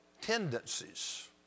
tendencies